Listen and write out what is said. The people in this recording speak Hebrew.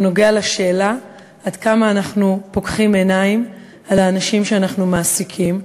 הוא נוגע לשאלה עד כמה אנחנו פוקחים עיניים על האנשים שאנחנו מעסיקים,